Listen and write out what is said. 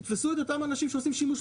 תתפסו את אותם אנשים שעושים שימוש לא חוקי.